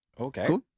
Okay